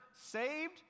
saved